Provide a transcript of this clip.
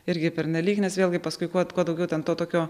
irgi pernelyg nes vėlgi paskui kuo kuo daugiau ten to tokio